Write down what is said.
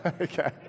Okay